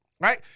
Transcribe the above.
right